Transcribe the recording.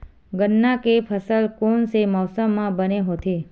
गन्ना के फसल कोन से मौसम म बने होथे?